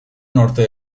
norte